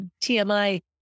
TMI